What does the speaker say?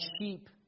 sheep